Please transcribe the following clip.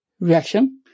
reaction